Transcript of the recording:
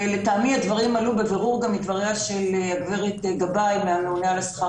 לטעמי הדברים עלו בבירור גם מדבריה של הגברת גבאי מאגף הממונה על השכר